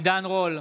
עידן רול,